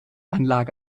anlage